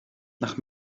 nach